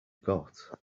got